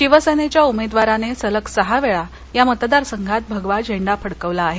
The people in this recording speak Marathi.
शिवसेनेच्या उमेदवाराने सलग सहा वेळा या मतदारसंघात भगवा झेंडा फडकवला आहे